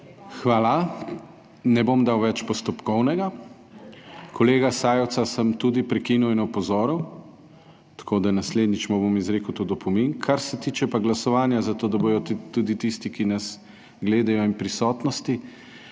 Hvala. Ne bom dal več postopkovnega, kolega Sajovica sem tudi prekinil in opozoril, tako da naslednjič mu bom izrekel tudi opomin. Kar se tiče pa glasovanja za to, da bodo tudi tisti, ki nas gledajo in prisotnosti,